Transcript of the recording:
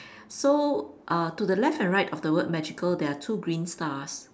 so uh to the left and right of the word magical there are two green stars